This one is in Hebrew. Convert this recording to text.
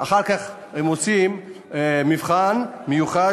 אחר כך הם עושים מבחן מיוחד,